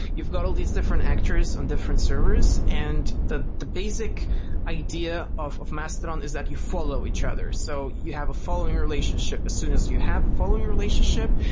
you've got all these different actors on different servers, and the the basic idea of of mastodon is that you follow each other. so you have a following relationship. as soon as you have a following relationship,